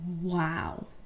wow